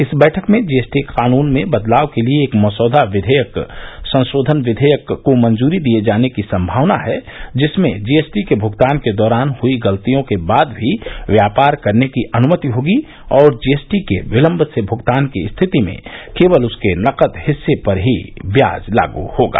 इस बैठक में जीएसटी कानून में बदलाव के लिए एक मसौदा संशोधन विधेयक को मंजूरी दिए जाने की संभावना है जिससे जीएसटी के भुगतान के दौरान हुई गलतियों के बाद भी व्यापार करने की अनुमति होगी और जीएसटी के विलंब से भुगतान की स्थिति में केवल उसके नकद हिस्से पर ही ब्याज लागू होगा